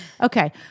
Okay